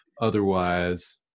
otherwise